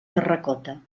terracota